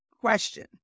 question